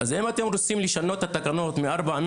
אז אם אתם רוצים לשנות את התקנות מארבעה